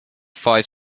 five